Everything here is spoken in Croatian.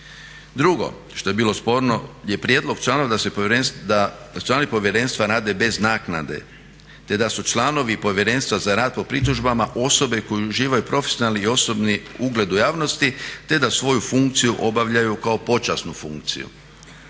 Drugo što je bilo sporno je prijedlog da članovi povjerenstva rade bez naknade te da su članovi Povjerenstva za rad po pritužbama osobe koje uživaju profesionalni i osobni ugled u javnosti te da svoju funkciju obavljaju kao počasnu funkciju.